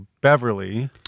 beverly